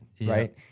right